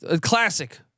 Classic